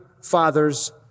fathers